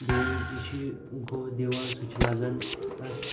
بیٚیہِ یہِ چھِ گُہہ دِوان سُہ چھِ لگان اَسہِ